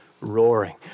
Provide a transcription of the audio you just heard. roaring